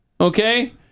Okay